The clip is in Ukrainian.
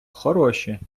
хороші